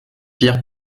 pierre